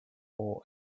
for